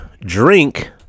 drink